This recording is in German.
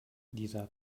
dieser